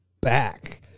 back